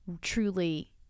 truly